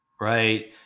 right